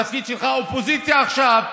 התפקיד שלך הוא אופוזיציה עכשיו,